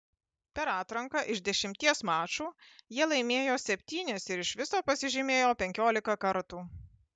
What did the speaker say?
per atranką iš dešimties mačų jie laimėjo septynis ir iš viso pasižymėjo penkiolika kartų